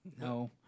no